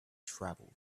travels